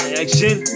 action